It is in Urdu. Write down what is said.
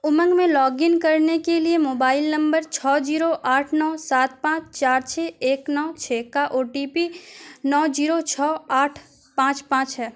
امنگ میں لاگ ان کرنے کے لیے موبائل نمبر چھاؤ زیرو آٹھ نو سات پانچ چار چھ ایک نو چھ کا او ٹی پی نو زیرو چھاؤ آٹھ پانچ پانچ ہے